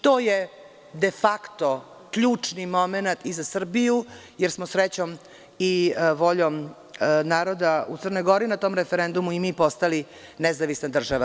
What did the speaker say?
To je defakto ključni momenat i za Srbiju jer smo srećom i voljom naroda u CG na tom referendumu i mi postali nezavisna država.